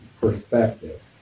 perspective